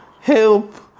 Help